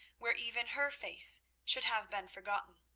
where even her face should have been forgotten.